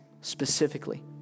specifically